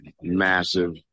massive